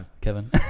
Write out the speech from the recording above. Kevin